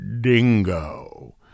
dingo